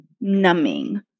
numbing